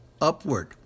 upward